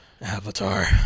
Avatar